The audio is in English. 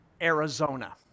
Arizona